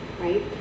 right